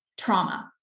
trauma